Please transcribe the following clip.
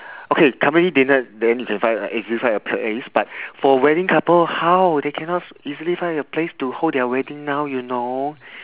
okay company dinner then you can find easily find a place but for wedding couple how they cannot easily find a place to hold their wedding now you know